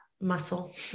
muscle